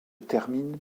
terminent